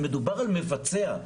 מדובר על מבצע,